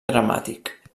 dramàtic